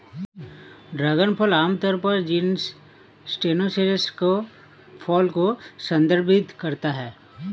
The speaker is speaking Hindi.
ड्रैगन फल आमतौर पर जीनस स्टेनोसेरेस के फल को संदर्भित करता है